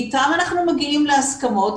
איתם אנחנו מגיעים להסכמות,